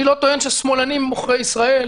אני לא טוען ששמאלנים הם עוכרי ישראל,